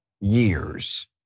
years